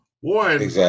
One